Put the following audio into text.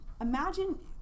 Imagine